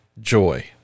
joy